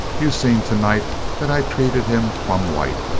you seen to-night that i treated him plumb white.